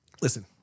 Listen